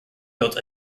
built